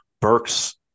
Burks